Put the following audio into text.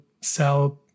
sell